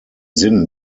sinn